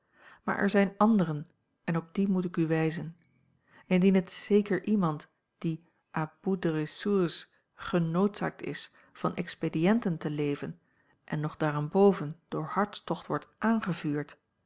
maar er zijn anderen en op die moet ik u wijzen indien het zeker iemand die à bout de ressources genoodzaakt is van expedienten te leven en nog daarenboven door hartstocht wordt aangevuurd